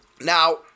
Now